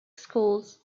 schools